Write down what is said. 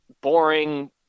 boring